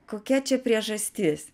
kokia čia priežastis